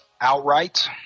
outright